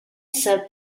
serb